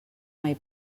mai